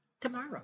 tomorrow